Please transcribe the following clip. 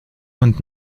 und